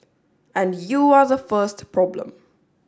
and you are the first problem